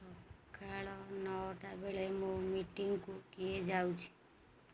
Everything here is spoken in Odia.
ସକାଳ ନଅଟା ବେଳେ ମୋ ମିଟିଂକୁ କିଏ ଯାଉଛି